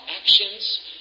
actions